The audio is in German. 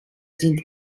sind